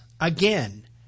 Again